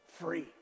free